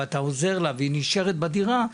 ואתה עוזר לה והיא נשארת בדירה,